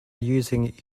using